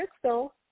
crystal